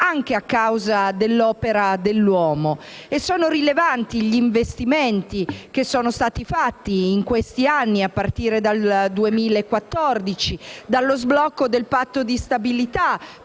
anche a causa dell'opera dell'uomo. Sono rilevanti gli investimenti che sono stati fatti in questi anni, a partire dal 2014, dallo sblocco del Patto di stabilità